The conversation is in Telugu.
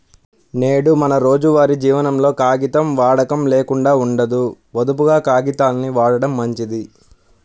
నేడు మన రోజువారీ జీవనంలో కాగితం వాడకం లేకుండా ఉండదు, పొదుపుగా కాగితాల్ని వాడటం మంచిది